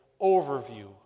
overview